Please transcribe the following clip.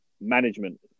management